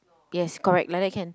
yes correct like that can